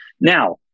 Now